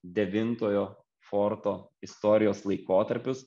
devintojo forto istorijos laikotarpius